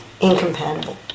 incompatible